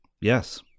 Yes